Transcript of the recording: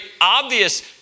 obvious